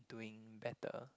doing better